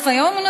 היום.